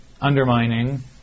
undermining